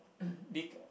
big